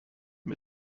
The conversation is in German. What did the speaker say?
mit